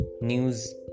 news